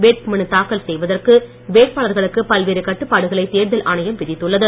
வேட்பு மனு தாக்கல் செய்வதற்கு வேட்பாளர்களுக்கு பல்வேறு கட்டுபாடுகளை தேர்தல் ஆணையம் விதித்துள்ளது